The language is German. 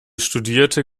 studierte